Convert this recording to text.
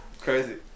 Crazy